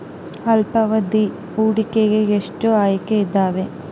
ಅಲ್ಪಾವಧಿ ಹೂಡಿಕೆಗೆ ಎಷ್ಟು ಆಯ್ಕೆ ಇದಾವೇ?